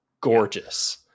gorgeous